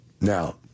Now